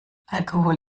alkohol